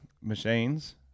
Machines